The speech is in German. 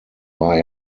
war